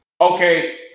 Okay